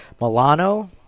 Milano